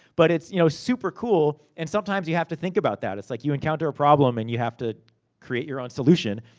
but, it's you know super cool. and, sometimes you have to think about that. it's like you encounter a problem, and you have to create your own solution.